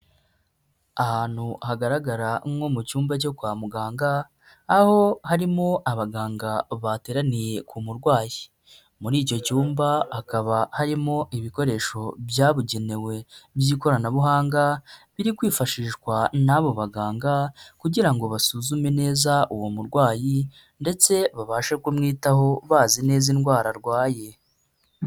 Ahantu hagaragara nko mu cyumba cyo kwa muganga aho harimo abaganga bateraniye ku murwayi, muri icyo cyumba hakaba harimo ibikoresho byabugenewe by'ikoranabuhanga biri kwifashishwa n'abo baganga kugira ngo basuzume neza uwo murwayi ndetse babashe kumwitaho bazi neza indwara arwaye.